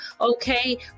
okay